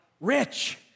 rich